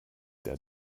der